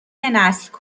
نسل